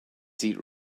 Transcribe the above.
seat